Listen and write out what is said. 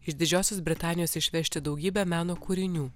iš didžiosios britanijos išvežti daugybę meno kūrinių